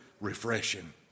Refreshing